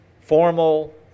formal